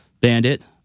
Bandit